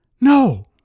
No